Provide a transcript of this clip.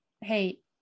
hey